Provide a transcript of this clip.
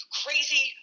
crazy